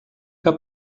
que